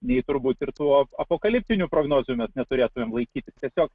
nei turbūt ir tų apokaliptinių prognozių mes neturėtumėm laikytis tiesiog